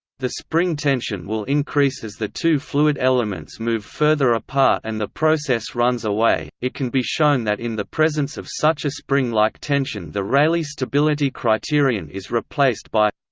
the spring tension will increase as the two fluid elements move further apart and the process runs away it can be shown that in the presence of such a spring-like tension the rayleigh stability criterion is replaced by